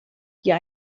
hier